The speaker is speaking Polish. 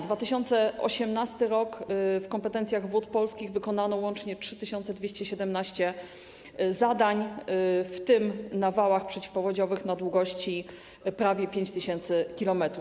2018 r. - w ramach kompetencji Wód Polskich wykonano łącznie 3217 zadań, w tym na wałach przeciwpowodziowych na długości prawie 5 tys. km.